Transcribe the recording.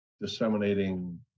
disseminating